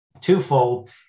twofold